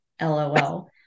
LOL